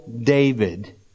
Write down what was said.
David